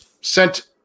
sent